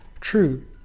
True